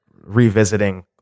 revisiting